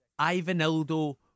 Ivanildo